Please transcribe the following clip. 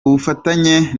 ubufatanye